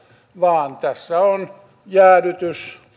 vaan tässä on